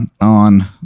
on